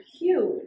huge